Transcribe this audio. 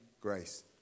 grace